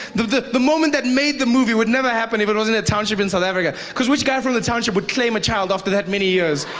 the the moment that made the movie would never happen if it was in a township in south africa because which guy from the township would claim a child after that many years